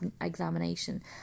examination